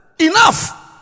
Enough